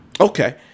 okay